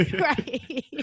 Right